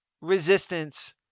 resistance